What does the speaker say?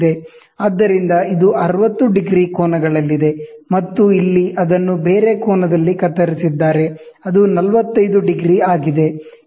ಆದ್ದರಿಂದ ಇದು 60 ಡಿಗ್ರಿ ಕೋನಗಳಲ್ಲಿದೆ ಮತ್ತು ಇಲ್ಲಿ ಅದನ್ನು ಬೇರೆ ಕೋನದಲ್ಲಿ ಕತ್ತರಿಸಿದ್ದಾರೆ ಅದು 45 ಡಿಗ್ರಿ ಆಗಿದೆ